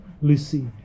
Lucy